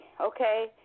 okay